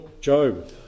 Job